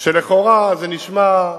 לכאורה זה נשמע,